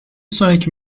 sonraki